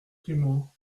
clément